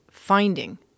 finding